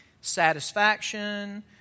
satisfaction